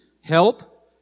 help